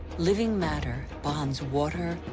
living matter bonds water,